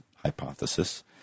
hypothesis